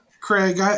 Craig